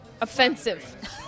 offensive